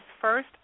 first